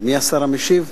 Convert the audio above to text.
מי השר המשיב?